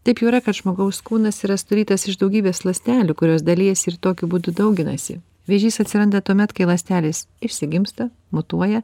taip jau yra kad žmogaus kūnas yra sudarytas iš daugybės ląstelių kurios dalijasi ir tokiu būdu dauginasi vėžys atsiranda tuomet kai ląstelės išsigimsta mutuoja